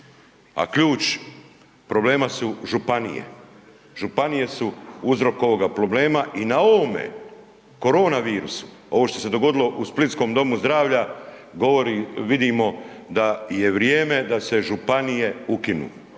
a ključ problema su županije. Županije su uzrok ovoga problema i na ovome korona virusu ovo što se dogodilo u splitskom domu zdravlja, govori, vidimo da je vrijeme da se županije ukinu.